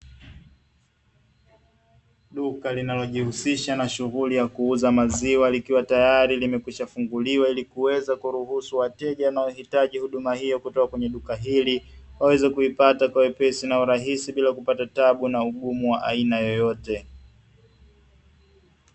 Duka linaendelea kujihusisha na shughuli ya kuuza maziwa likiwa tayari limekwisha funguliwa ili kuweza kuruhusu wateja wanaohitaji huduma hiyo kutoka kwenye duka hili waweze kuipata kwa wepesi na urahisi bila kupata taabu na ugumu wa aina yoyote.